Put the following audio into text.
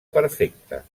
perfecta